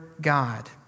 God